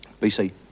BC